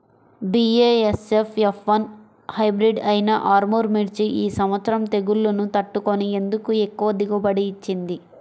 BASF F one hybrid అయినా ఆర్ముర్ మిర్చి ఈ సంవత్సరం తెగుళ్లును తట్టుకొని ఎందుకు ఎక్కువ దిగుబడి ఇచ్చింది?